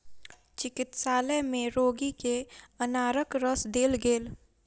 चिकित्सालय में रोगी के अनारक रस देल गेल